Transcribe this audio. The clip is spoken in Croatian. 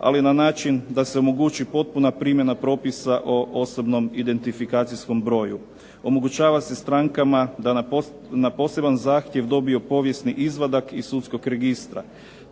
ali na način da se omogući potpuna primjena propisa o osobnom identifikacijskom broju. Omogućava se strankama da na poseban zahtjev dobiju povijesni izvadak iz sudskog registra.